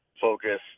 focus